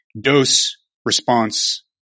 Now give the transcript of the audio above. Dose-response